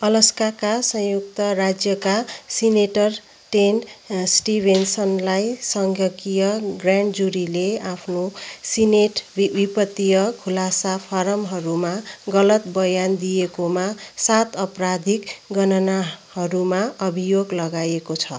अलास्काका संयुक्त राज्यका सिनेटर टेन्ड स्टिभेन्सलाई सङ्घीय ग्रैन्ड जूरीले आफ्नो सिनेट वित्तीय खुलासा फारमहरूमा गलत बयान दिएकोमा सात आपराधिक गणनाहरूमा अभियोग लगाएको छ